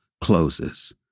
closes